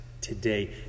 today